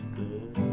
good